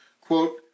Quote